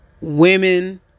women